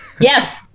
Yes